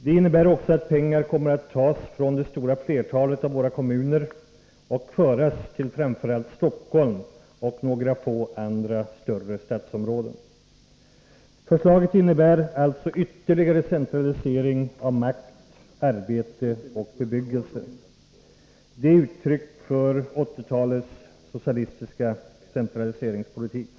Det innebär också att pengar kommer att tas från det stora flertalet av våra kommuner och föras till framför allt Stockholm och några få andra större stadsområden. Förslaget innebär alltså ytterligare centralisering av makt, arbete och bebyggelse. Det är uttryck för 1980-talets socialistiska centraliseringspolitik.